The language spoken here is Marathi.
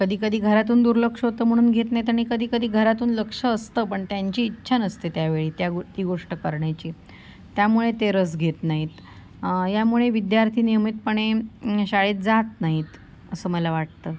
कधी कधी घरातून दुर्लक्ष होतं म्हणून घेत नाहीत आणि कधी कधी घरातून लक्ष असतं पण त्यांची इच्छा नसते त्यावेळी त्या गो ती गोष्ट करण्याची त्यामुळे ते रस घेत नाहीत यामुळे विद्यार्थी नियमितपणे शाळेत जात नाहीत असं मला वाटतं